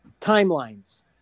timelines